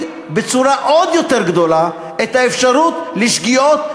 בצורה עוד יותר גדולה את האפשרות לשגיאות,